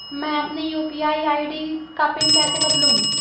मैं अपनी UPI ID का पिन कैसे बदलूं?